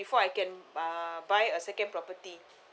before I can uh buy a second property